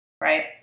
right